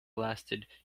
lasted